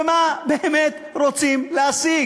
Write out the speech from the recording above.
ומה באמת רוצים להשיג?